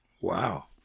Wow